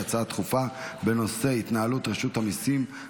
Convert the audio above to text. אני קובע כי הצעת חוק חובת המכרזים (תיקון,